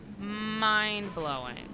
mind-blowing